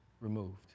removed